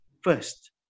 first